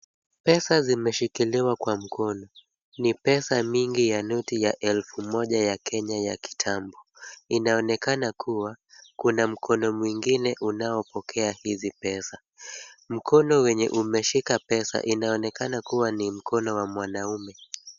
Pesa zimeshikiliwa kwa mkono, ni pesa mingi ya noti ya elfu moja ya Kenya ya kitambo, inaonekana kuwa kuna mkono mwingine unaopokea hizi pesa, mkono wenye umeshika pesa inaonekana kuwa ni mkono ya mwanamume.